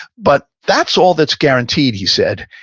but that's all that's guaranteed, he said.